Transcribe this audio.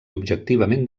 objectivament